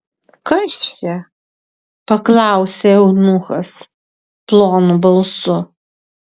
kas čia paklausė eunuchas plonu balsu